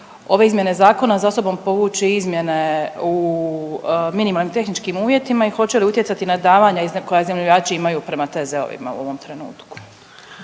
ove izmjene zakona za sobom povući izmjene u minimalnim tehničkim uvjetima i hoće li utjecati na davanja koja iznajmljivači imaju prema TZ-ovima u ovom trenutku?